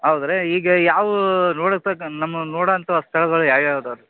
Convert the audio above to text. ಹೌದ್ ರೀ ಈಗಾ ಯಾವೂ ನಮಗೆ ನೋಡೋಂಥ ಸ್ಥಳಗಳ್ ಯಾವು ಯಾವು ಅದಾವೆ ರೀ